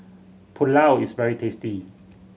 pulao is very tasty